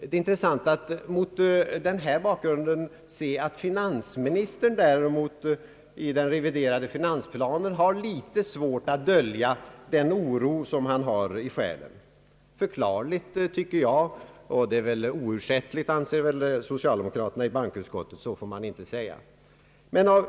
Det är intressant att mot denna bakgrund se att finansministern däremot i den reviderade finansplanen har något svårt att dölja den oro, som han har i själen. Det är förklarligt, tycker jag, men det är väl oursäktligt, anser nog socialdemokraterna i bankoutskottet — så får man inte säga.